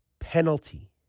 Penalty